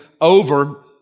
over